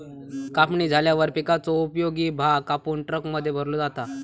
कापणी झाल्यावर पिकाचो उपयोगी भाग कापून ट्रकमध्ये भरलो जाता